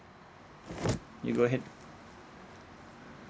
you go ahead